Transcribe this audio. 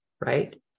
right